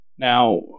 Now